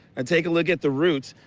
and take a look at the roots.